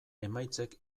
emaitzek